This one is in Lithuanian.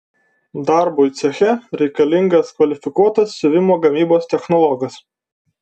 darbui ceche reikalingas kvalifikuotas siuvimo gamybos technologas